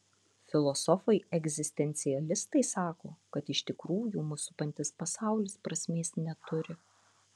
filosofai egzistencialistai sako kad iš tikrųjų mus supantis pasaulis prasmės neturi